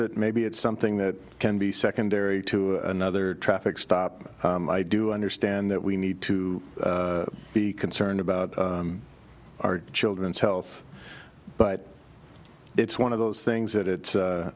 it maybe it's something that can be secondary to another traffic stop i do understand that we need to be concerned about our children's health but it's one of those things that it